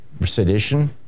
sedition